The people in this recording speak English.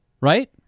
right